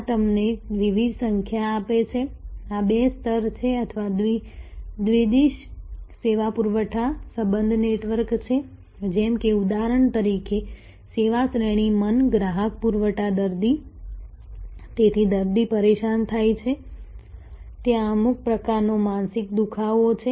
આ તમને વિવિધ સંખ્યા આપે છે આ બે સ્તર છે અથવા દ્વિદિશ સેવા પુરવઠા સંબંધ નેટવર્ક છે જેમ કે ઉદાહરણ તરીકે સેવા શ્રેણી મન ગ્રાહક પુરવઠા દર્દી તેથી દર્દી પરેશાન થાય છે ત્યાં અમુક પ્રકારનો માનસિક દુખાવો છે